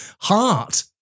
Heart